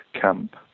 camp